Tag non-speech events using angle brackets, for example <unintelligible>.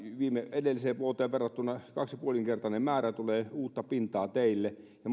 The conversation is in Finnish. edelliseen vuoteen verrattuna kaksi pilkku viisi kertainen määrä tulee uutta pintaa teille ja <unintelligible>